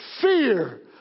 fear